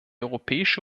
europäische